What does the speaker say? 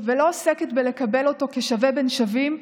ולא עוסקת בלקבל אותו כשווה בין שווים,